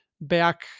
back